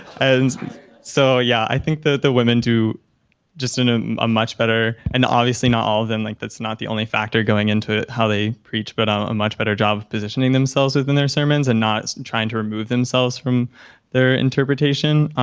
and so yeah, i think the women do just in ah a much better and obviously not all of them, like that's not the only factor going into how they preach but um a much better job of positioning themselves within their sermons and not trying to remove themselves from their interpretation.